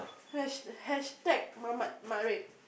hash~ hashtag Mamat Mat Arip